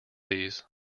these